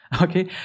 okay